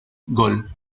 gol